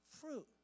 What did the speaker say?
fruit